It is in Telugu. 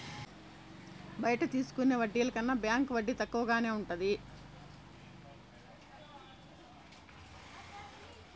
బయట తీసుకునే వడ్డీల కన్నా బ్యాంకు వడ్డీ తక్కువగానే ఉంటది